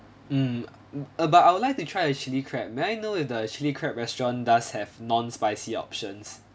mm uh but I would like to try the chilli crab may I know is the chilli crab restaurant does have non-spicy options